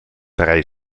drei